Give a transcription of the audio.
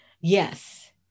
Yes